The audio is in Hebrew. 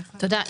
תודה,